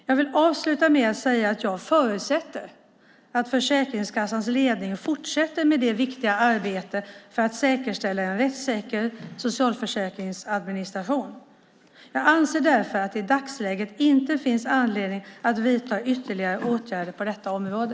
Jag vill avsluta med att säga att jag förutsätter att Försäkringskassans ledning fortsätter med det viktiga arbetet för att säkerställa en rättssäker socialförsäkringsadministration. Jag anser därför att det i dagsläget inte finns anledning att vidta ytterligare åtgärder på detta område.